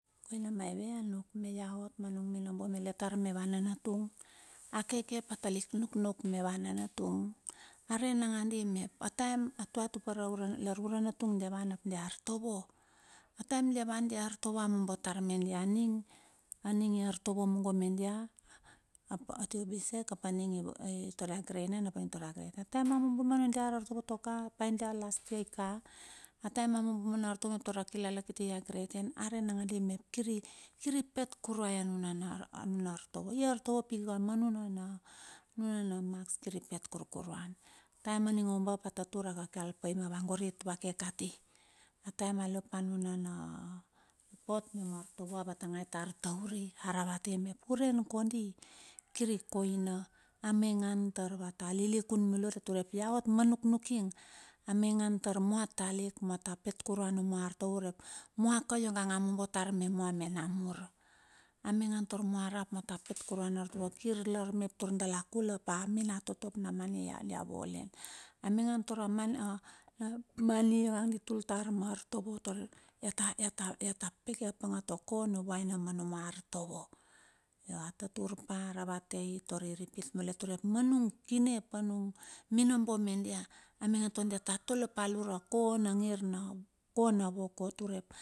Koina maive anuk me ia ot ma nung minombo melet tar ma va nanatung, akeke ap a talik nunuk ma va nanatung. Are nangandi mep a taem a tue tupere lar uranatung dia van ap dia artovo, a taem dia van dia artovo amombo tar me dia aning, aning i artovo mungo me dia, atia bisek ap ning tar ia greid naen ap aning tar ia greid ten. A taem a mombo manu dia artovo tuaka, pai dia las yia ika a taem amombo ma nundia artovo mep ta ra kilala kiti ia greid ten, are nangadi mep kiri pet kurue anuna artovo. Iartovo pika ka manuna na manuna maks kiri pet kurkur ruan, a taem ningo umbap a tatur, a wa kal pa i wangorit na ke kati. A taem a lo pa anuna na ripot na artovo ava tangai tar tauri, aravate mep, uran kondi kiri koina amaingan tar va ta lilikun malet urep ia ot ma nuknuking, a maingan tur mua talik mua ta pit kurue numua artovo urep mua kang amombo tar mua me namur. A maingan tar mua rap mua ta pit kurue na artovo, kir lar mep tar dala kul pa a mnatoto ap na mani dia vole. a maingan tar na mani ionga di tul tar ma artovo ia ta pit apange ta kona vuaina ma numua artovo. Io a tatur pa a ravatei tar i ripit melet urep manung kine ap manung minombo me dia amaingan taur dia ta tole pa alura kona ngir kona wok ot.